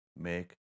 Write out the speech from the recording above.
make